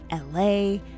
LA